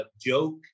joke